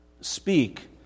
speak